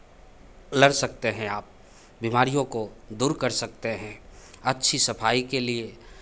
लड़ सकते हैं आप बीमारियों को दूर कर सकते हैं अच्छी सफाई के लिए